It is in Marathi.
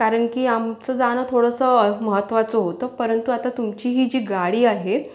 कारण की आमचं जाणं थोडंसं महत्त्वाचं होतं परंतु आता तुमची ही जी गाडी आहे